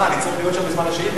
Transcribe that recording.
אה, אני צריך להיות שם בזמן השאילתא?